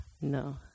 No